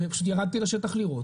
ופשוט ירדתי לשטח לראות,